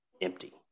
empty